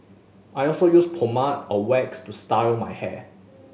I also use pomade or wax to style my hair